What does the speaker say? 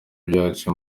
byacu